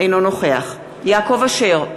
אינו נוכח יעקב אשר,